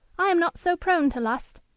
i am not so prone to lust,